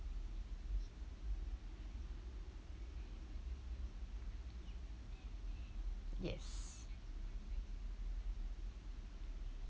yes